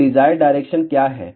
तो desired direction क्या है